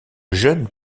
jeune